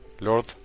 Lord